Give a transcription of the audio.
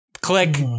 click